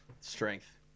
Strength